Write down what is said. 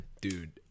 Dude